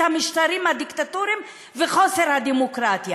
המשטרים הדיקטטוריים וחוסר הדמוקרטיה,